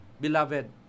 Beloved